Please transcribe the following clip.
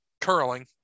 Curling